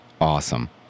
awesome